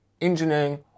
engineering